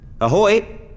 Ahoy